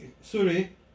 sorry